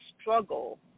struggle